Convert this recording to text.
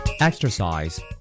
Exercise